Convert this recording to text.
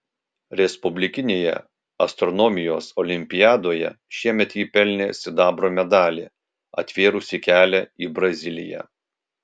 respublikinėje astronomijos olimpiadoje šiemet ji pelnė sidabro medalį atvėrusį kelią į braziliją